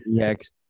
EX